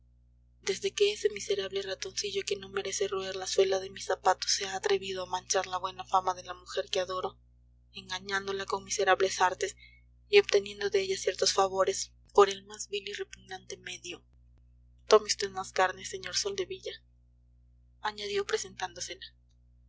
desde que ese miserable ratoncillo que no merece roer la suela de mis zapatos se ha atrevido a manchar la buena fama de la mujer que adoro engañándola con miserables artes y obteniendo de ella ciertos favores por el más vil y repugnante medio tome vd más carne sr soldevilla añadió presentándosela